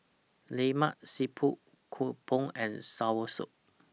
Lemak Siput Kuih Bom and Soursop